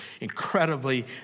incredibly